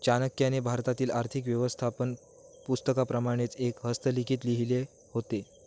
चाणक्याने भारतातील आर्थिक व्यवस्थापन पुस्तकाप्रमाणेच एक हस्तलिखित लिहिले होते